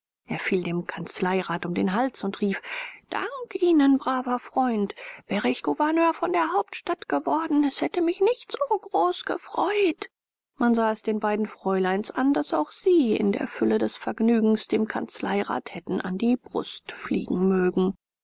er fiel dem kanzleirat um den hals und rief dank ihnen braver freund wäre ich gouverneur von der hauptstadt geworden es hätte mich nicht so groß gefreut man sah es den beiden fräuleins an daß auch sie in der fülle des vergnügens dem kanzleirat hätten an die brust fliegen mögen